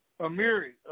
Amiri